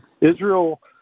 israel